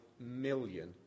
million